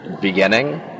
beginning